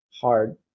hard